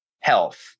health